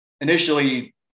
initially